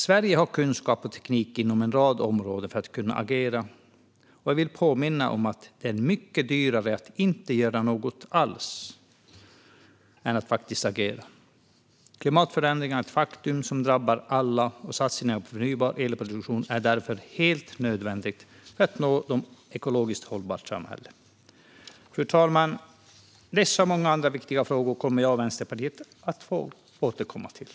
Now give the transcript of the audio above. Sverige har kunskap och teknik inom en rad områden för att kunna agera, och jag vill påminna om att det är mycket dyrare att inte göra något alls än att faktiskt agera. Klimatförändringen är ett faktum som drabbar alla, och satsningar på förnybar elproduktion är därför helt nödvändiga för att nå målet om ett ekologiskt hållbart samhälle. Fru talman! Dessa och många andra viktiga frågor kommer jag och Vänsterpartiet att återkomma till.